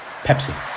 Pepsi